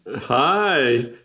Hi